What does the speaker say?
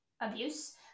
abuse